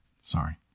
Sorry